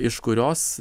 iš kurios